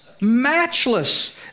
matchless